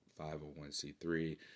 501c3